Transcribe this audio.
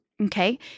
okay